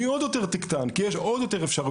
היא תקטן עוד יותר כי יש עוד יותר אפשרויות.